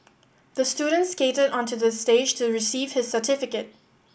the student skated onto the stage to receive his certificate